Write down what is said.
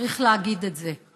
צריך להגיד את זה.